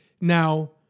Now